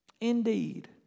indeed